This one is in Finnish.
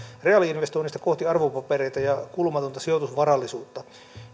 reaali investoinneista kohti arvopapereita ja kulumatonta sijoitusvarallisuutta